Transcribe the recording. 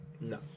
No